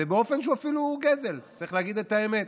ובאופן שהוא אפילו גזל, צריך להגיד את האמת.